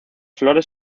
flores